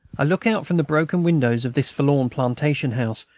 i look out from the broken windows of this forlorn plantation-house,